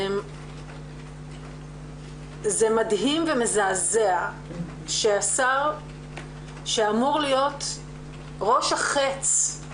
זה מדהים ומזעזע שהשר שאמור להיות ראש החץ,